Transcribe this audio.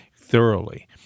thoroughly